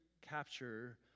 capture